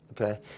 Okay